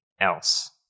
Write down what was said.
else